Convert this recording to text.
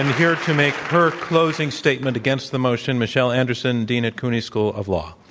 and here to make her closing statement against the motion, michelle anderson, dean at cuny school of law.